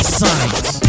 science